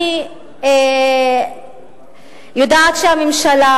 אני יודעת שהממשלה